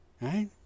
right